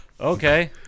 Okay